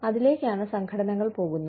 അതിലേക്കാണ് സംഘടനകൾ പോകുന്നത്